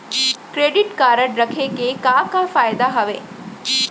Credit card रखे के का का फायदा हवे?